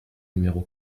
numéro